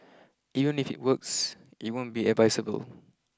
even if it works it won't be advisable